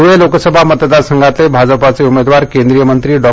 धूळे लोकसभा मतदार संघातले भाजपचे उमेदवार केंद्रीय मंत्री डॉ